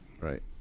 Right